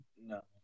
No